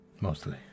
Mostly